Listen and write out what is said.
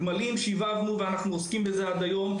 גמלים שבבנו ואנחנו עוסקים בזה עד היום,